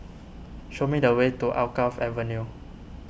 show me the way to Alkaff Avenue